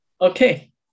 Okay